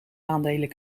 aandelen